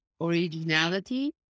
originality